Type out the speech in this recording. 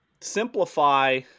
simplify